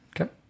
Okay